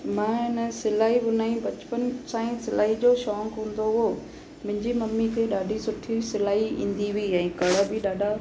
मां हिन सिलाई बुनाई बचपन सां ई सिलाई जो शौक़ु हूंदो हुओ मुंहिंजी मम्मी खे ॾाढी सुठी सिलाई ईंदी हुई ऐं कढ़ बि ॾाढा